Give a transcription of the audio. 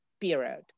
period